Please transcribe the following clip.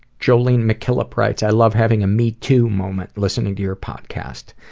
jolene mcikillip writes, i love having a me, too! moment listening to your podcast.